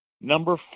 Number